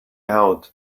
out